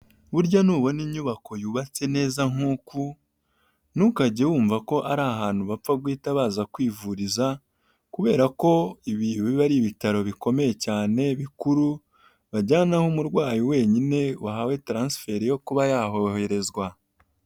Burya nubona inyubako yubatse neza nk'uku, ntukajye wumva ko ari ahantu bapfa guhita baza kwivuriza, kubera ko ibi biba ari ibitaro bikomeye cyane, bikuru, bajyanaho umurwayi wenyine wahawe taransiferi yo kuba yahoherezwa.